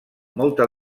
molta